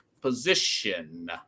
position